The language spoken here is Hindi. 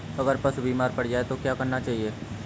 अगर पशु बीमार पड़ जाय तो क्या करना चाहिए?